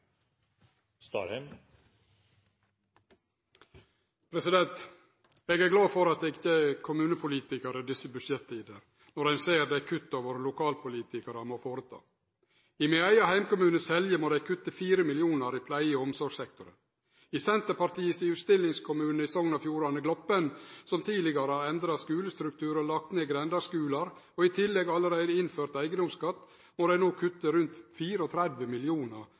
kø. Eg er glad for at eg ikkje er kommunepolitikar i desse budsjettider, når ein ser dei kutta våre lokalpolitikarar må gjere. I min eigen heimkommune, Selje, må dei kutte 4 mill. kr i pleie- og omsorgssektoren. I Senterpartiets utstillingskommune i Sogn og Fjordane, Gloppen, som tidlegare har endra skulestruktur og lagt ned grendeskular og i tillegg allereie innført eigedomsskatt, må dei no kutte rundt